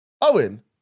Owen